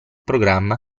programma